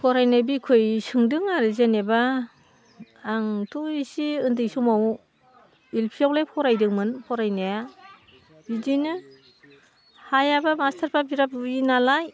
फरायनाय बिखय सोंदों आरो जेनेबा आंथ' एसे उन्दै समाव एल पि आवलाय फरायदोंमोन फरायनाया बिदिनो हायाबा मास्थारफ्रा बिरात बुयोमोन नालाय